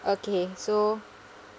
okay so